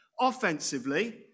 offensively